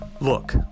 Look